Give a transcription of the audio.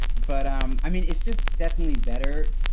but um i mean, it's just definitely better.